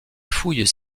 fouilles